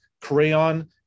crayon